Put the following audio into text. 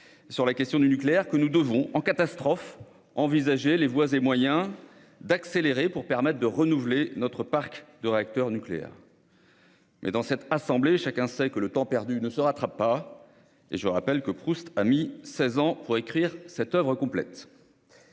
sur la question du nucléaire que nous devons, en catastrophe, envisager les voies et moyens d'accélérer, afin de renouveler notre parc de réacteurs nucléaires. Dans cette assemblée, chacun sait que le temps perdu ne se rattrape pas. Je rappelle d'ailleurs que Proust a mis seize ans pour achever son oeuvre.